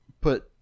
put